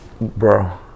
bro